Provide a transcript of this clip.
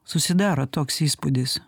susidaro toks įspūdis